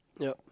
yup